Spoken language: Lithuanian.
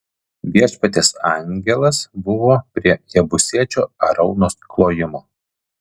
viešpaties angelas buvo prie jebusiečio araunos klojimo